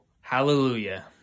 hallelujah